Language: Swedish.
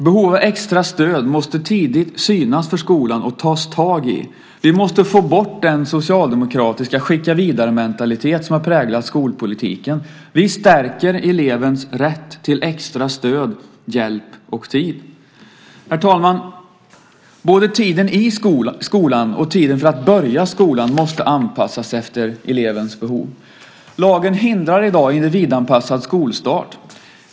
Behov av extra stöd måste tidigt synas för skolan och tas tag i. Vi måste få bort den socialdemokratiska skicka-vidare-mentalitet som har präglat skolpolitiken. Vi stärker elevens rätt till extra stöd, hjälp och tid. Herr talman! Både tiden i skolan och tiden för att börja skolan måste anpassas efter elevens behov. Lagen hindrar i dag individanpassad skolstart.